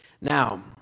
now